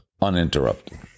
uninterrupted